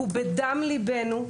הוא בדם ליבנו.